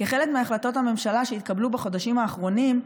כחלק מהחלטות הממשלה שהתקבלו בחודשים האחרונים,